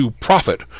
Profit